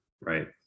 right